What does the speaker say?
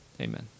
Amen